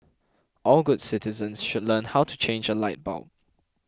all good citizens should learn how to change a light bulb